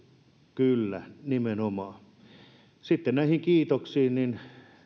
kyllä nimenomaan sitten näihin kiitoksiin